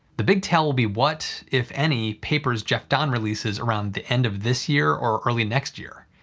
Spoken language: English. the big tell will be what, if any, papers jeff dahn releases around the end of this year or early next year.